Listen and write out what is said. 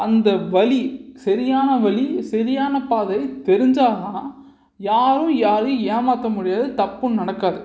அந்த வழி சரியான வழி சரியான பாதை தெரிஞ்சால் தான் யாரும் யாரையும் ஏமாற்ற முடியாது தப்பும் நடக்காது